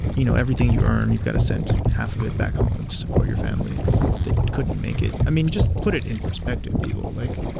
you know, everything you earn, you've got to spend half of it back home to support your family that couldn't make it. i mean, just put it in perspective, people. like,